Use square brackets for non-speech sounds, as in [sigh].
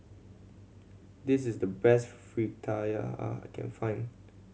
this is the best [unintelligible] I can find